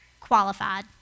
qualified